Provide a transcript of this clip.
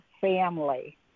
family